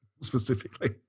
specifically